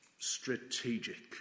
strategic